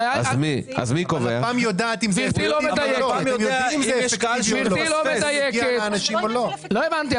גברתי לא מדייקת -- לפ"מ יודעת -------- לא הבנתי,